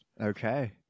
Okay